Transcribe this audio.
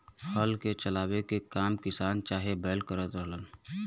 हल के चलावे के काम किसान चाहे बैल करत रहलन